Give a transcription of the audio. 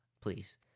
please